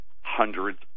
hundreds